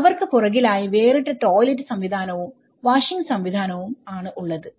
അവർക്ക് പുറകിലായി വേറിട്ട ടോയ്ലറ്റ് സംവിധാനവും വാഷിംഗ് സംവിധാനവും ആണ് ഉള്ളത്